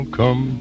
come